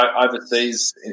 overseas